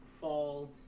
fall